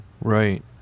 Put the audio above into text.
Right